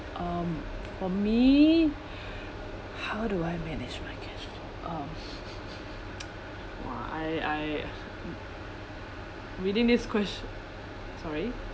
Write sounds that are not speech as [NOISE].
um for me [BREATH] how do I manage my cash flow um [LAUGHS] [NOISE] !wah! I I reading this ques~ sorry